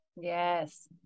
Yes